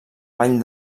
vall